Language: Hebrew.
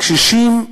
קשישים,